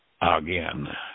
again